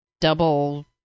double